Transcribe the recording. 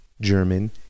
German